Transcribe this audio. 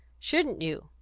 shouldn't you?